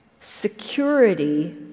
security